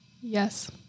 Yes